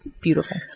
beautiful